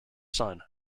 son